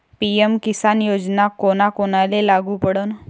PM Kisan योजना कोना कोनाले लागू पडन?